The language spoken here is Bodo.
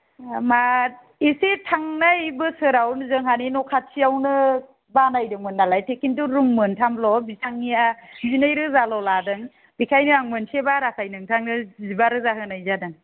ओ मा इसे थांनाय बोसोराव जोंहानि न' खाथियावनो बानायदोंमोन नालाय किन्तु रुम मोनथामल' बिथांनिया जिनै रोजाल' लादों बेखायनो आं मोनसे बाराखाय नोंथांनो जिबा रोजा होनाय जादों